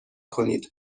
کنید